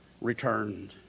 returned